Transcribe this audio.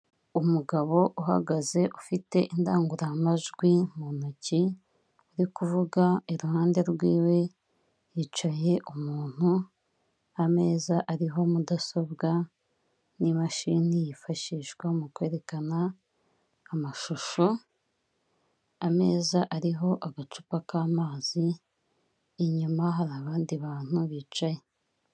Umugabo uhagaze ufite indangururamajwi mu ntoki uri kuvuga, iruhande rw'iiwe hicaye umuntu, ameza ariho mudasobwa n'imashini yifashishwa mu kwerekana amashusho, ameza ariho agacupa k'amazi, inyuma hari abandi bantu bicaye.